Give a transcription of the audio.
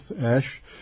ASH